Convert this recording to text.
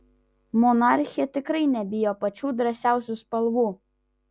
monarchė tikrai nebijo pačių drąsiausių spalvų